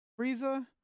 Frieza